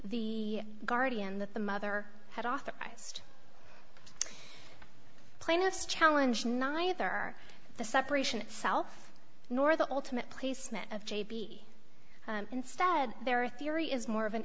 the guardian that the mother had authorized plaintiff's challenge neither the separation itself nor the ultimate placement of j b instead there are theory is more of an